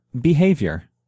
Behavior